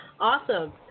Awesome